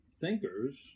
thinkers